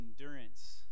endurance